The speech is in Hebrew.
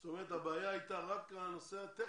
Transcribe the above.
זאת אומרת שהבעיה הייתה רק בנושא הטכני?